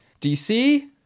DC